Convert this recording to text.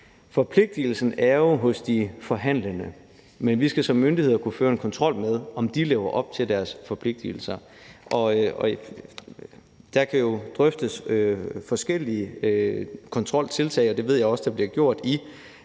Forpligtigelsen er jo hos de forhandlende. Men vi skal som myndigheder kunne føre kontrol med, at de lever op til deres forpligtigelser. Der kan jo drøftes forskellige kontroltiltag, og det ved jeg også bliver gjort i